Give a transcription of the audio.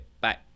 bye